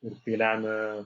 ir tai lemia